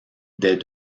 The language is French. des